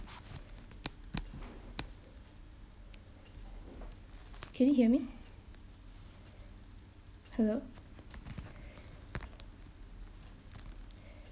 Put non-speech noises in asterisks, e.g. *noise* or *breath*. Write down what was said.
can you hear me hello *breath*